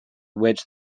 which